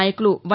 నాయకులు వై